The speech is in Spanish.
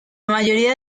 mayoría